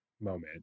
moment